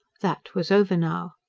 that was over now.